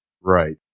Right